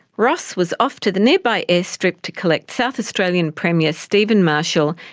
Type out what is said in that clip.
ross was off to the nearby airstrip to collect south australian premier stephen marshall,